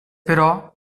però